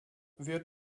wird